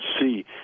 see